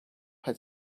had